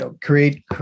create